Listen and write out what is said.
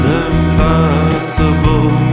impossible